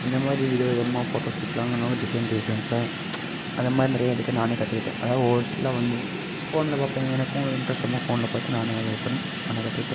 இந்தமாதிரி விதவிதமாக photo shoot எல்லாம் நாங்கள் டிசைன் டிசைன்ஸாக அதமாதிரி நிறையா எடுக்க நானே கற்றுக்கிட்டேன் அதாவது ஒவ்வொரு ஸ்டில்லாம் வந்து ஃபோனில் பார்ப்பேன் எனக்கும் ஒரு இன்ட்ரஸ்ட் ரொம்ப ஃபோனில் பார்த்து நானே எல்லாம் இதுபண்ணி நானே கற்றுக்கிட்டேன்